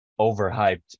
overhyped